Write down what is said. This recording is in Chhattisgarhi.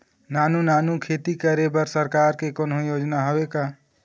नानू नानू खेती करे बर सरकार के कोन्हो योजना हावे का?